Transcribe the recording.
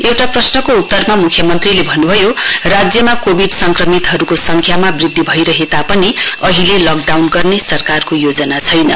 एउटा प्रश्नको उतरमा म्ख्यमन्त्रीले भन्नुभयो राज्यमा कोविड संक्रमितहरूको सङ्ख्यामा वृद्धि भइरहे तापनि अहिले लकडाउन गर्ने सरकारको योजना छैन